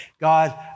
God